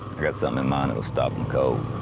um in mind that'll stop em cold.